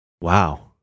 Wow